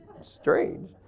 strange